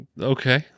Okay